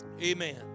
Amen